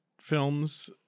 films